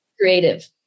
Creative